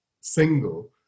single